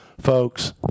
folks